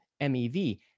MEV